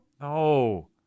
No